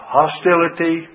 hostility